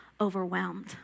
overwhelmed